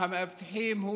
המאבטחים,